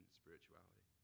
spirituality